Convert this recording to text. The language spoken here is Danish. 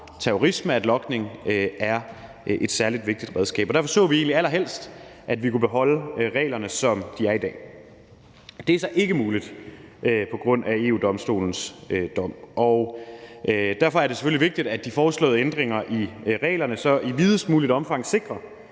terrorisme, at logning er et særlig vigtigt redskab. Derfor så vi egentlig allerhelst, at vi kunne beholde reglerne, som de er i dag. Det er så ikke muligt på grund af EU-Domstolens dom. Derfor er det selvfølgelig vigtigt, at de foreslåede ændringer i reglerne i videst muligt omfang så sikrer,